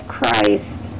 Christ